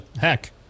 heck